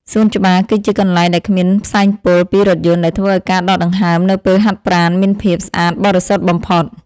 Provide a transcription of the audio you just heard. សួនច្បារ គឺជាកន្លែងដែលគ្មានផ្សែងពុលពីរថយន្តដែលធ្វើឱ្យការដកដង្ហើមនៅពេលហាត់ប្រាណមានភាពស្អាតបរិសុទ្ធបំផុត។